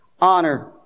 honor